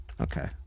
Okay